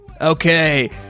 Okay